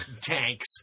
Tanks